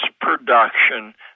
production